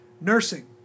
nursing